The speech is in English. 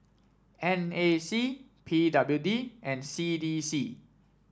N A C P W D and C D C